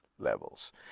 levels